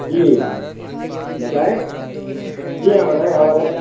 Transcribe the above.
جی بتائیں جی ہاں بتائیں آواز آ